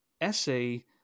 essay